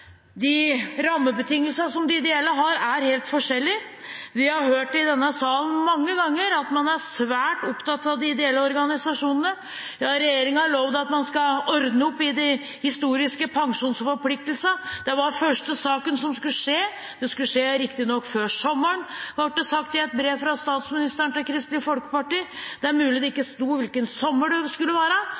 man er svært opptatt av de ideelle organisasjonene. Regjeringa har lovet at man skal ordne opp i de historiske pensjonsforpliktelsene. Det var det første som skulle skje. Det skulle skje før sommeren, ble det sagt i et brev fra statsministeren til Kristelig Folkeparti. Det er mulig det ikke sto hvilken sommer det skulle være,